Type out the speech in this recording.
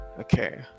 Okay